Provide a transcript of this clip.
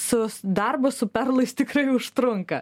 su darbu su perlais tikrai užtrunka